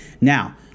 now